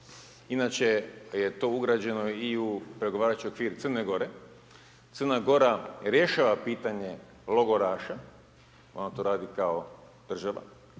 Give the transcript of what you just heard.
inače je to ugrađeno i u pregovarački okvir Crne Gore. Crna Gora rješava pitanje logoraša, ona to radi kao država.